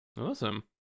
Awesome